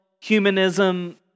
humanism